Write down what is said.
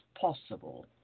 possible